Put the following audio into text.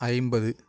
ஐம்பது